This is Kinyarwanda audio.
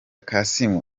kassim